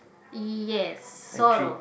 yes sort of